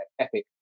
epic